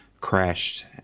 crashed